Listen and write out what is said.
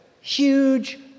huge